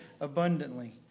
abundantly